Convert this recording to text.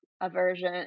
aversion